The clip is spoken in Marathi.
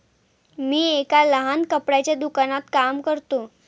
मी एका लहान कपड्याच्या दुकानात काम करतो